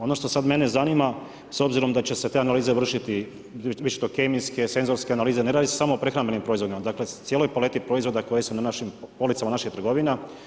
Ono što sada mene zanima s obzirom da će se te analize vršiti, bit će to kemijske, senzorske analize, ne radi se samo o prehrambenim proizvodima dakle o cijeloj paleti proizvoda koji su na policama naših trgovina.